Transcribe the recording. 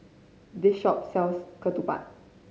this shop sells Ketupat